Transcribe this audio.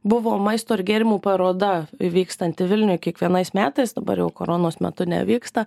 buvo maisto ir gėrimų paroda vykstanti vilniuj kiekvienais metais dabar jau koronos metu nevyksta